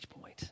point